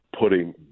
putting